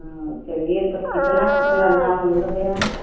हाँ चलिए तब कितना कितना दाम लगेगा